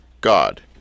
God